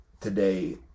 today